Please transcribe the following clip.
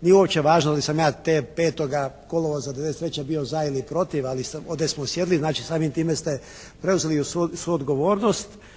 nije uopće važno da li sam ja 5. kolovoza '93. bio za ili protiv, ali ovdje smo sjedili. Znači, samim time ste preuzeli svu odgovornost.